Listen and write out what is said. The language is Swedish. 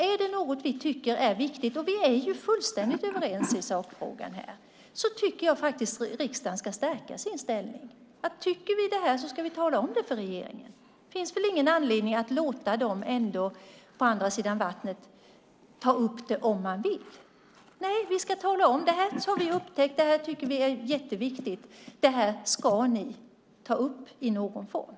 Är det något som vi tycker är viktigt, och vi är fullständigt överens i sakfrågan, menar jag att riksdagen ska stärka sin ställning. Tycker vi detta ska vi tala om det för regeringen. Det finns väl ingen anledning att låta dem på andra sidan vattnet ta upp det om de vill. Vi ska tala om att vi har upptäckt detta. Det är jätteviktigt, och det ska ni ta upp i någon form.